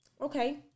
Okay